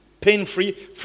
pain-free